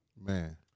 Man